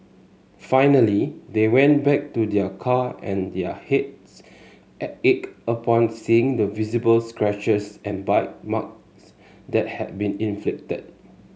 finally they went back to their car and their ached upon seeing the visible scratches and bite marks that had been inflicted